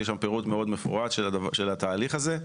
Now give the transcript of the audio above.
יש שם פירוט מאוד מפורט של התהליך הזה.